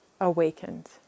awakened